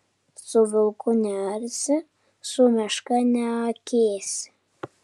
su vilku nearsi su meška neakėsi